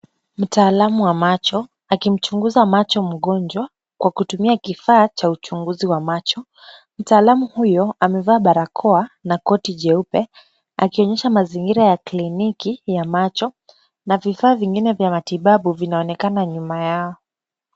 Mtaalamu wa macho akimchunguza macho mgonjwa kwa kutumia kifaa cha uchunguzi wa macho. Mtaalamu huyo amevaa barakoa na koti jeupe akionyesha mazingira ya kliniki ya macho na vifaa vingine vya matibabu vinaonekana nyuma yao.